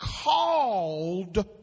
called